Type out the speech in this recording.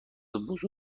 بزرگ